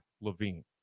Levine